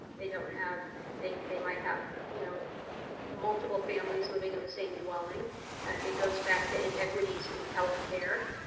they don't have they they might have you know multiple families living in the same dwelling and it goes back to inequities in health care